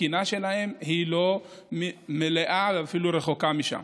התקינה שלהם לא מלאה ואפילו רחוקה מזה.